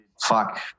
fuck